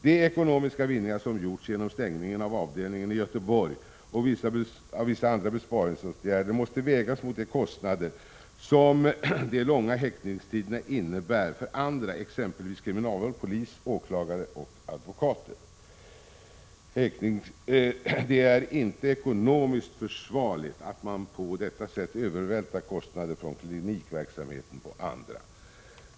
De ekonomiska vinningar som gjorts genom stängningen av avdelningen i Göteborg och vissa andra besparingsåtgärder måste vägas mot de kostnader som de långa häktningstiderna innebär för andra, exempelvis kriminalvård, polis, åklagare och advokater. Det är inte ekonomiskt försvarligt att man på detta sätt övervältrar kostnader från klinikverksamheten på andra.